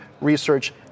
research